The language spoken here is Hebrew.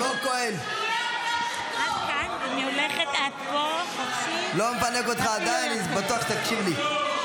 אלמוג כהן, לא מפנק אותך עדיין, בטוח שתקשיב לי.